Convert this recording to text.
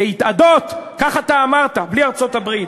"להתאדות", כך אתה אמרת, בלי ארצות-הברית.